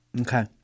Okay